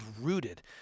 rooted